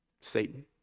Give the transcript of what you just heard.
Satan